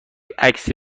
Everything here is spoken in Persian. عکسی